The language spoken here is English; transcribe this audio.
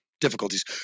difficulties